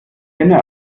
sinne